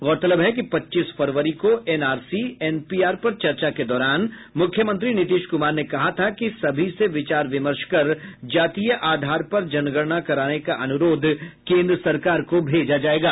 गौरतलब है कि पच्चीस फरवरी को एनआरसी एनपीआर पर चर्चा के दौरान मुख्यमंत्री नीतीश कुमार ने कहा था कि सभी से विचार विमर्श कर जातीय आधार पर जनगणना कराने का अनुरोध केन्द्र सरकार को भेजा जायेगा